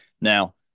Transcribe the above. Now